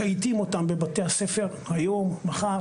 מכייתים אותם בבתי הספר היום, מחר.